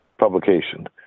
publication